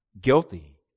guilty